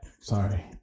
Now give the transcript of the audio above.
Sorry